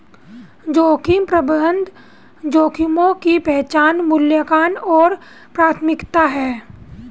जोखिम प्रबंधन जोखिमों की पहचान मूल्यांकन और प्राथमिकता है